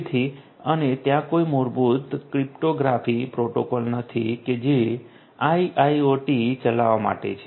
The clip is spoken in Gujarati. તેથી અને ત્યાં કોઈ પ્રમાણભૂત ક્રિપ્ટોગ્રાફિક પ્રોટોકોલ નથી કે જે આઈઆઈઓટી ચલાવવા માટે છે